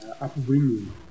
upbringing